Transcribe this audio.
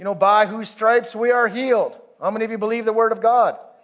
you know by whose stripes we are healed. how many of you believe the word of god?